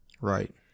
right